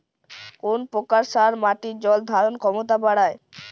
কোন প্রকার সার মাটির জল ধারণ ক্ষমতা বাড়ায়?